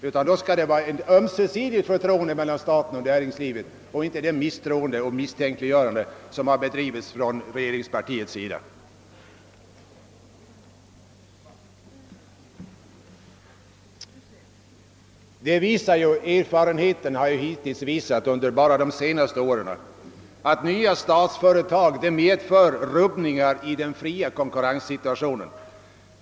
Nej, då måste det skapas ett ömsesidigt förtroende mellan staten och näringslivet och detta skall inte från regeringspartiets sida utsättas för en sådan missiro och ett sådant misstänkliggörande som skett. Erfarenheterna under de senaste åren har visat att nya statsföretag medför rubbningar i den fria konkurrenssituationen.